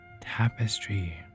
tapestry